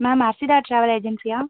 ma'am Asita travel ஏஜென்ஸியா